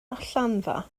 allanfa